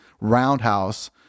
roundhouse